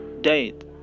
date